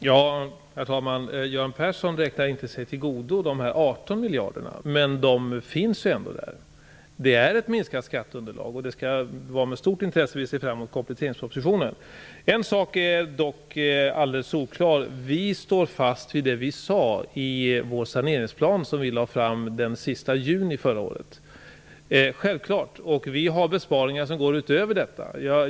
Herr talman! Göran Persson räknar sig inte till godo de 18 miljarderna. Men de finns ändå där. Det är fråga om ett minskat skatteunderlag. Vi ser med stort intresse fram emot kompletteringspropositionen. En sak är dock alldeles solklar. Vi står självfallet fast vid det som vi sade i vår saneringsplan som vi lade fram den 31 juli förra året. Vi har besparingar som går utöver detta.